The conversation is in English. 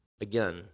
Again